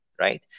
right